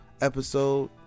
episode